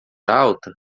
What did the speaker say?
alta